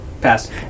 Pass